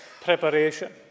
preparation